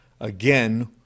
again